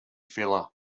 filler